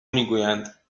میگویند